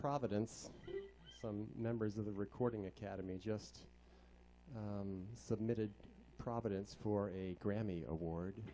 providence some members of the recording academy just submitted providence for a grammy award